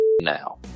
now